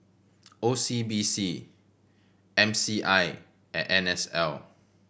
O C B C M C I and N S L